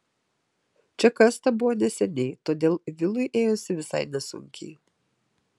čia kasta buvo neseniai todėl vilui ėjosi visai nesunkiai